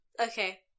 okay